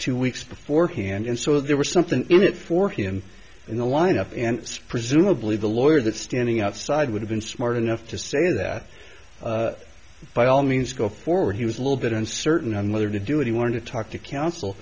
two weeks beforehand and so there was something in it for him in the lineup and presumably the lawyer that standing outside would have been smart enough to say that by all means go forward he was a little bit uncertain on whether to do what he wanted to talk to counsel